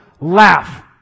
laugh